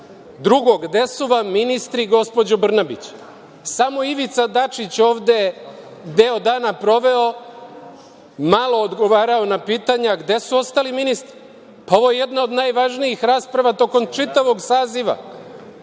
časti. Drugo, gde su vam ministri, gospođo Brnabić? Samo Ivica Dačić je ovde deo dana proveo, malo odgovarao na pitanja. Gde su ostali ministri? Pa, ovo je jedna od najvažnijih rasprava tokom čitavog saziva.